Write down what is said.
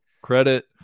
credit